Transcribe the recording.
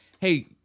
Hey